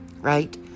Right